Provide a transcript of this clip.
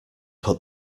put